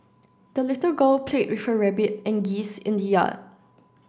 the little girl played with her rabbit and geese in the yard